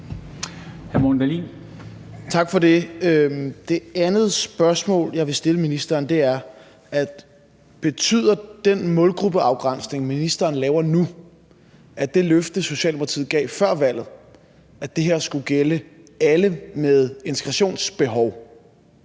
Tak for det. Det andet spørgsmål, jeg vil stille ministeren, er: Betyder den målgruppeafgrænsning, ministeren laver nu, at det løfte, som Socialdemokratiet gav før valget, om, at det her skulle gælde alle med integrationsbehov,